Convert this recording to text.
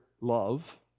love